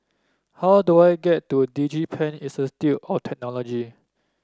how do I get to DigiPen Institute of Technology